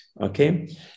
okay